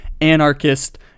anarchist